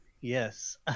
Yes